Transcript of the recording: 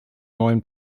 neuen